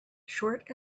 short